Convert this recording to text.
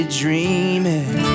dreaming